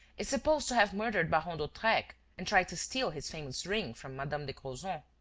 is supposed to have murdered baron d'hautrec and tried to steal his famous ring from madame de crozon.